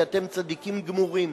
כי אתם צדיקים גמורים.